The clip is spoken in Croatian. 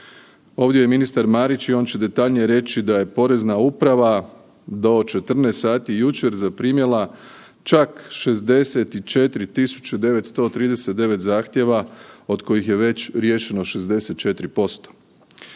Ovdje je ministar Marić i on će detaljnije reći da je porezna uprava do 14 sati jučer zaprimila čak 64939 zahtjeva od kojih je već riješeno 64%.